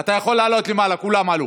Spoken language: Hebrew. אתה יכול לעלות למעלה, כולם עלו.